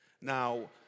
Now